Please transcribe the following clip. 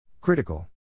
Critical